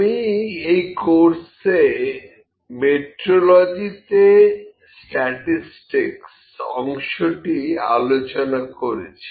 আমি এই কোর্সে মেট্রোলজিতে স্ট্যাটিসটিকস অংশটি আলোচনা করেছি